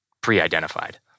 pre-identified